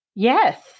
Yes